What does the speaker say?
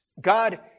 God